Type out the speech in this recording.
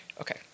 Okay